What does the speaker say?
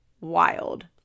wild